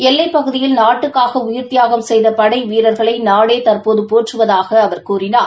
எல்லைப்பகுதியில் நாட்டுக்காக உயிர் தியாகம் செய்த படை வீரர்களை நாடே தற்போது போற்றுவதாகக் கூறினார்